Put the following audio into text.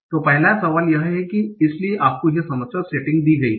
तो पहला सवाल यह है कि इसलिए आपको यह समस्या सेटिंग्स दी गई है